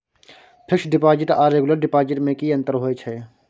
Fix deposit आर regular deposit में की अंतर होय छै?